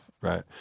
Right